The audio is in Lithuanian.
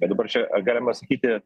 bet dabar čia ar galima sakyti